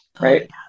right